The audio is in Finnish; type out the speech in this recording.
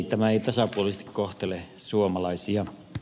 tämä ei tasapuolisesti kohtele suomalaisia